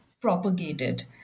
propagated